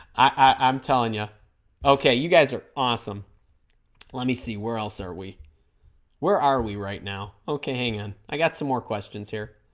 i'm telling you okay you guys are awesome let me see where else are we where are we right now okay hang on and i got some more questions here